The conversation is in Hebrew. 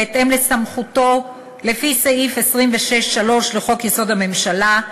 בהתאם לסמכותו לפי סעיף 26(3) לחוק-יסוד: הממשלה,